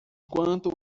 quanto